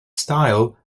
style